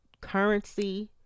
currency